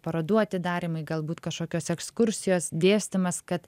parodų atidarymai galbūt kažkokios ekskursijos dėstymas kad